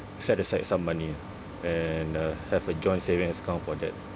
set aside some money and uh have a joint saving account for that